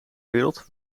wereld